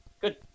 good